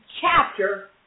chapter